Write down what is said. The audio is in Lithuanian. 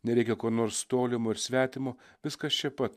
nereikia ko nors tolimo ir svetimo viskas čia pat